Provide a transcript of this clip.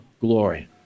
glory